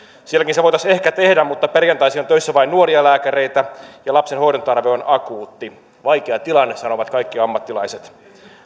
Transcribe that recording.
sielläkin se voitaisiin ehkä tehdä mutta perjantaisin on töissä vain nuoria lääkäreitä ja lapsen hoidon tarve on akuutti vaikea tilanne sanovat kaikki ammattilaiset